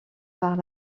par